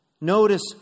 Notice